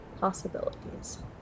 possibilities